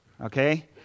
okay